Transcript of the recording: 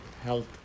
health